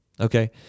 Okay